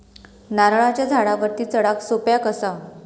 नारळाच्या झाडावरती चडाक सोप्या कसा?